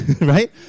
right